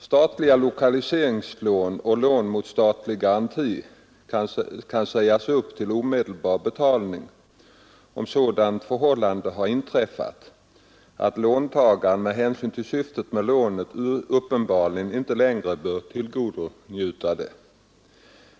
Statligt lokaliseringslån och lån mot statlig garanti kan sägas upp till omedelbar betalning, om sådant förhållande har inträffat att låntagaren med hänsyn till syftet med lånet uppenbarligen inte längre bör tillgodonjuta det.